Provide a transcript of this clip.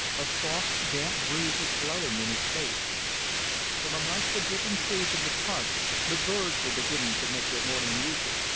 a soft, damp breeze was blowing in his face from amongst the dripping trees of the park the birds were beginning to make their morning music.